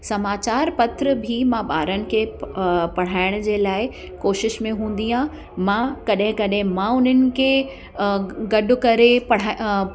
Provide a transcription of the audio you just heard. समाचार पत्र बि मां ॿारनि खे पढ़ाइण जे लाइ कोशिशि में हूंदी आहे मां कॾहिं कॾहिं मां उन्हनि खे गॾु करे पढ़ा